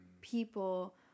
people